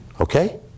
Okay